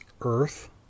earth